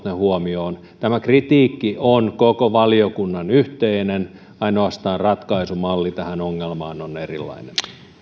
ne huomioon tämä kritiikki on koko valiokunnan yhteinen ainoastaan ratkaisumalli tähän ongelmaan on erilainen